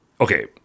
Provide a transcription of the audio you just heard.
Okay